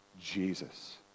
Jesus